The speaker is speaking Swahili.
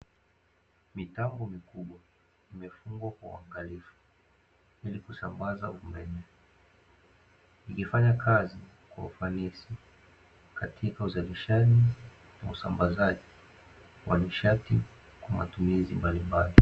Mitambo mikubwa imefungwa kwa uangalifu ili kusambaza umeme, ikifanya kazi kwa ufanisi katika uzalishaji na usambazaji wa nishati kwa matumizi mbalimbali.